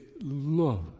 love